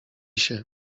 się